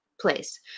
place